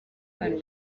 hano